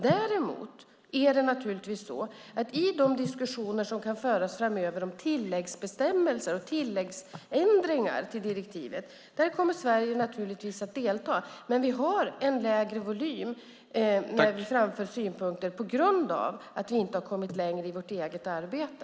Sverige kommer naturligtvis att delta i de diskussioner som kan föras framöver om tilläggsbestämmelser och tilläggsändringar till direktivet. Vi har dock en lägre volym när vi framför synpunkter på grund av att vi inte kommit längre i vårt eget arbete.